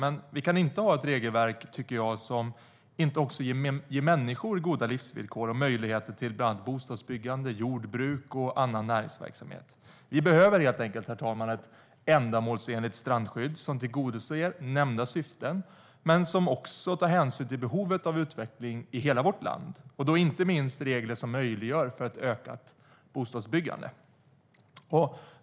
Vi kan dock inte ha ett regelverk som inte också ger människor goda livsvillkor och möjlighet till bostadsbyggande, jordbruk och annan näringsverksamhet. Vi behöver helt enkelt ett ändamålsenligt strandskydd som tillgodoser nämnda syften men också tar hänsyn till behovet av utveckling i hela vårt land och inte minst möjliggör ett ökat bostadsbyggande.